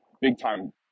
big-time